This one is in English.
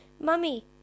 Mummy